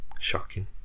shocking